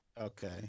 Okay